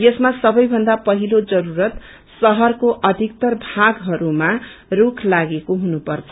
यसमा सबै भन्दा पहिलो जरूरत शहरको अधिकत्तर भागहरूमा रूख लागेको हुनुपर्छ